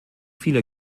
viele